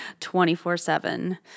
24-7